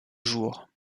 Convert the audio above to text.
jour